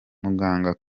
muganga